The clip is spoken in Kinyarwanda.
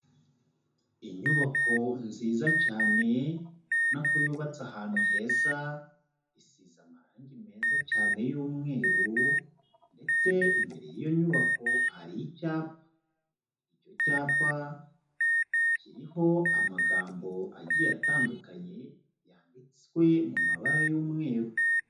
Inyubako nziza cyane, ubona ko yubatse ahantu heza, isize amarangi meza cyane y'umweru ndetse imbere y'iyo nyubako hari icyapa, icyo cyapa kiriho amagambo agiye atandukanye yanditswe mu mabara y'umweru.